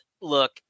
look